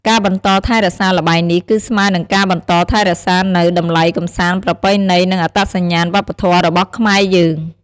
ការបន្តថែរក្សាល្បែងនេះ គឺស្មើនឹងការបន្តថែរក្សានូវ តម្លៃកម្សាន្តប្រពៃណី និងអត្តសញ្ញាណវប្បធម៌របស់ខ្មែរយើង។